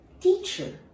teacher